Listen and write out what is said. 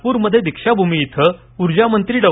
नागपूरमधल्या दीक्षाभूमीवर ऊर्जामंत्री डॉ